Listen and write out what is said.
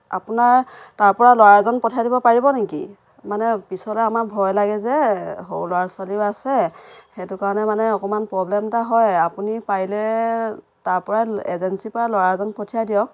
আপোনাৰ তাৰপৰা ল'ৰা এজন পঠাই দিব পাৰিব নেকি মানে পিছলৈ আমাাৰ ভয় লাগে যে সৰু ল'ৰা ছোৱালীও আছে সেইটো কাৰণে মানে অকণমান প্ৰব্লেম এটা হয় আপুনি পাৰিলে তাৰপৰা এজেঞ্চীৰপৰা ল'ৰা এজন পঠিয়াই দিয়ক